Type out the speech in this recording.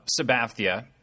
Sabathia